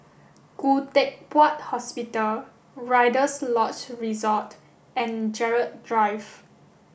Khoo Teck Puat Hospital Rider's Lodge Resort and Gerald Drive